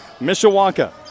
Mishawaka